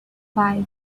five